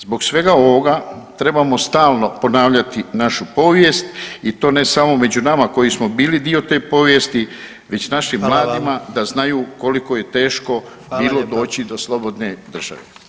Zbog svega ovoga trebamo stalno ponavljati našu povijest i to ne samo među nama koji smo bili dio te povijesti, već našim mladima [[Upadica predsjednik: Hvala vam.]] da znaju koliko je teško bilo doći do slobodne države.